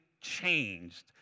changed